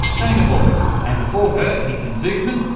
danah boyd. and before her ethan zuckerman,